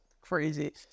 crazy